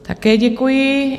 Také děkuji.